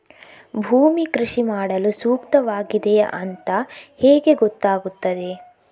ಭೂಮಿ ಕೃಷಿ ಮಾಡಲು ಸೂಕ್ತವಾಗಿದೆಯಾ ಅಂತ ಹೇಗೆ ಗೊತ್ತಾಗುತ್ತದೆ?